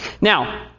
now